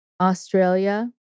Australia